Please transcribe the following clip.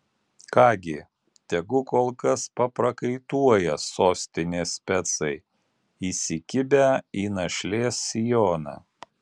ką gi tegu kol kas paprakaituoja sostinės specai įsikibę į našlės sijoną